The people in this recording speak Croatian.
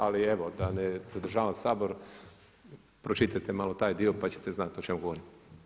Ali evo da ne zadržavam Sabor, pročitajte malo taj dio pa ćete znati o čemu govorim.